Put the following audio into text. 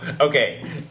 okay